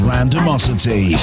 Randomosity